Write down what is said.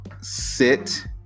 sit